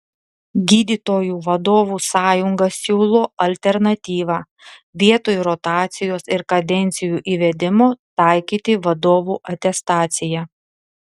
gydytojų vadovų sąjunga siūlo alternatyvą vietoj rotacijos ir kadencijų įvedimo taikyti vadovų atestaciją